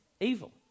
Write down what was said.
evil